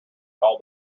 all